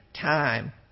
time